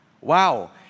Wow